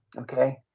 Okay